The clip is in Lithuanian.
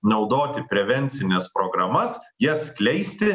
naudoti prevencines programas jas skleisti